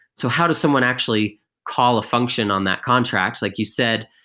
so how does someone actually call a function on that contract? like you said,